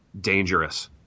dangerous